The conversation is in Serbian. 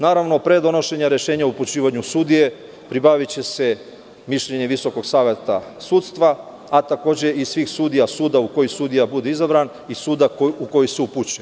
Naravno, pre donošenja rešenja, upućivanju sudije, pribaviće se mišljenje Visokog saveta sudstva, a takođe i svih sudija suda u koji sudija bude izabran i suda u koji se upućuje.